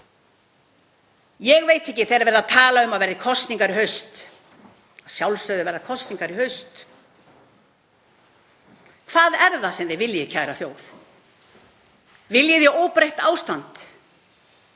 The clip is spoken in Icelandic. sem eiga ekkert. Þegar verið er að tala um að það verði kosningar í haust og að sjálfsögðu verða kosningar í haust: Hvað er það sem þið viljið, kæra þjóð? Viljið þið óbreytt ástand?